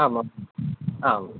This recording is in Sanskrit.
आम् आम् आम्